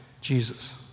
Jesus